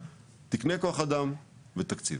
תקני כוח אדם ותקציב.